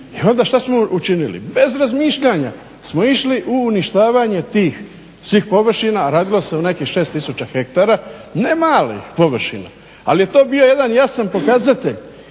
I onda što smo učinili? Bez razmišljanja smo išli u uništavanje tih svih površina, a radilo se o nekih 6000 ha ne malih površina, ali je to bio jedan jasan pokazatelj